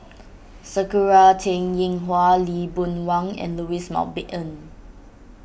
Sakura Teng Ying Hua Lee Boon Wang and Louis Mountbatten